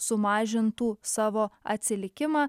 sumažintų savo atsilikimą